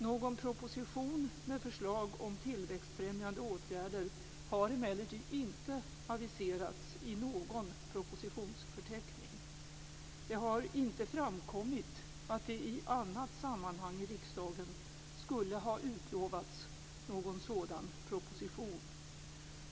Någon proposition med förslag om tillväxtfrämjande åtgärder har emellertid inte aviserats i någon propositionsförteckning. Det har inte framkommit att det i annat sammanhang i riksdagen skulle ha utlovats någon sådan proposition.